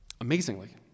Amazingly